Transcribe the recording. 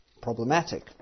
problematic